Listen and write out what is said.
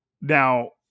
Now